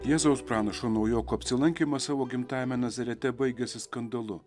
jėzaus pranašo naujoko apsilankymas savo gimtajame nazarete baigėsi skandalu